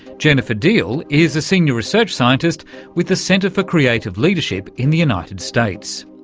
jennifer deal is a senior research scientist with the center for creative leadership in the united states.